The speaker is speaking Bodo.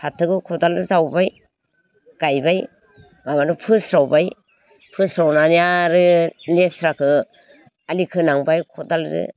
फाथोखौ खदालजों जावबाय गायबाय माबानो फोस्रावबाय फोस्रावनानै आरो लेस्राखौ आलि खोनांबाय खदालजों